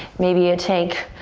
maybe you take,